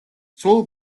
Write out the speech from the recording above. სულ